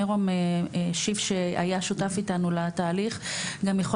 מירום שיף שהיה שותף איתנו לתהליך גם יכול